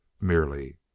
merely